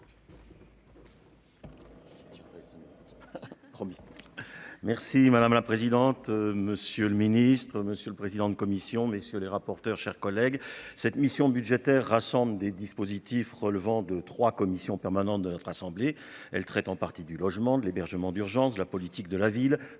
merci madame la présidente, monsieur le ministre, monsieur le président de commission, messieurs les rapporteurs, chers collègues, cette mission budgétaire rassemble des dispositifs relevant de 3 commissions permanentes de notre assemblée, elle traite en partie du logement, de l'hébergement d'urgence, la politique de la ville,